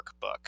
workbook